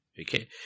okay